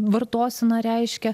vartosena reiškia